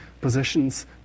positions